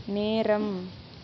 நேரம்